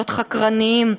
להיות חקרניים.